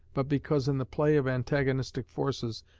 but because in the play of antagonistic forces,